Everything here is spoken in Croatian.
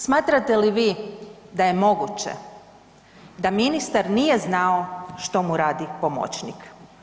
Smatrate li vi da je moguće da ministar nije znao što mu radi pomoćnik?